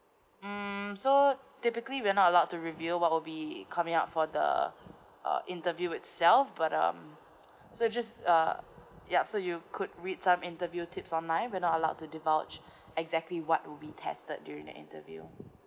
mm so typically we're not allowed to reveal what will be coming up for the uh interview itself but um so just uh yup so you could read some interview tips online we're not allowed to divulge exactly what would be tested during the interview